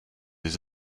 des